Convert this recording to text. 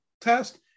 test